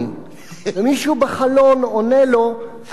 מישהו בחלון עונה לו: אתה כאן.